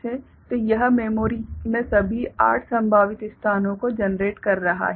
तो यह मेमोरी में सभी 8 संभावित स्थानों को जेनरेट कर रहा है